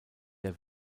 der